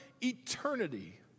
eternity